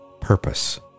purpose